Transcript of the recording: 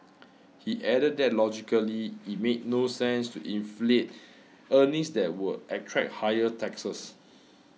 he added that logically it made no sense to inflate earnings that would attract higher taxes